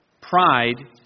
Pride